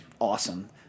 awesome –